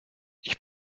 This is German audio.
ich